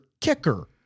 kicker